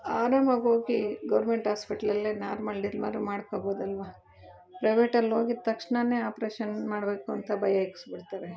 ಆರಾಮಾಗಿ ಹೋಗಿ ಗೋರ್ಮೆಂಟ್ ಹಾಸ್ಪಿಟ್ಲಲ್ಲೆ ನಾರ್ಮಲ್ ಡಿಲ್ವರಿ ಮಾಡಿಕೋಬೋದಲ್ವ ಪ್ರೈವೇಟಲ್ಲಿ ಹೋಗಿದ್ ತಕ್ಷಣ ಆಪ್ರೇಷನ್ ಮಾಡಬೇಕು ಅಂತ ಭಯ ಇಕ್ಕಿಸ್ಬಿಡ್ತಾರೆ